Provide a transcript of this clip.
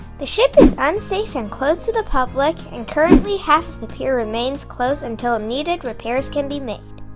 the ship is unsafe and closed to the public and currently half the pier remains closed until needed repairs can be made.